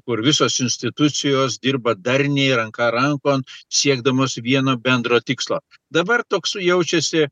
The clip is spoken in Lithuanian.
kur visos institucijos dirba darniai ranka rankon siekdamos vieno bendro tikslo dabar toks jaučiasi